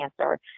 cancer